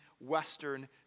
western